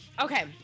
Okay